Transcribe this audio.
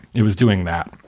it was doing that.